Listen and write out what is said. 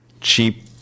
cheap